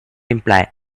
imply